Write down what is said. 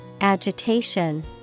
agitation